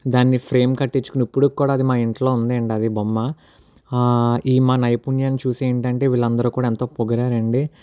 దాన్ని ఫ్రేమ్ కట్టించుకుని ఇప్పుడికి కూడా అది మా ఇంట్లో ఉంది అండి ఆ బొమ్మ ఈ మా నైపుణ్యాన్ని చూసి ఏంటంటే వీళ్ళందరూ కూడా ఎంతో పొగిడారండి